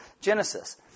Genesis